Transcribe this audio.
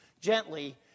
gently